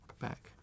back